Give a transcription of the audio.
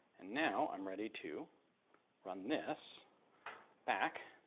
and now i'm ready to run this back